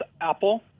Apple